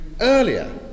earlier